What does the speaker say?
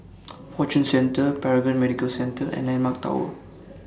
Fortune Centre Paragon Medical Centre and Landmark Tower